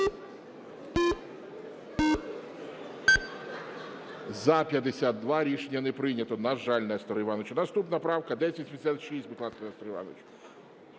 За-52 Рішення не прийнято. На жаль, Несторе Івановичу. Наступна правка 1086. Будь ласка, Несторе Івановичу.